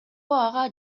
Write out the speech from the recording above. ага